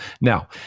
now